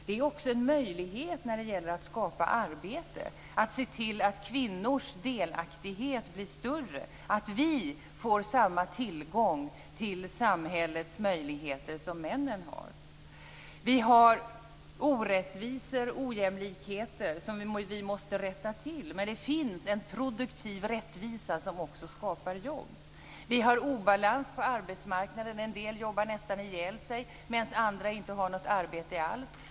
Det är också en möjlighet när det gäller att skapa arbete. Det gäller att se till att kvinnors delaktighet blir större och att vi får samma tillgång till samhällets möjligheter som männen har. Vi har orättvisor och ojämlikheter som vi måste rätta till. Men det finns en produktiv rättvisa som också skapar jobb. Vi har obalanser på arbetsmarknaden. En del jobbar nästan ihjäl sig medan andra inte har något arbete alls.